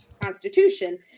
constitution